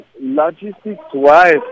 logistics-wise